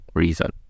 reason